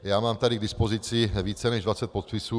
Já mám tady k dispozici více než dvacet podpisů.